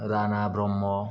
Rana Brahma